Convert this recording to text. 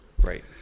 Right